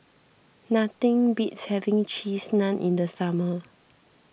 nothing beats having Cheese Naan in the summer